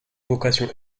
vocation